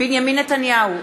בנימין נתניהו,